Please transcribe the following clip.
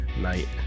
night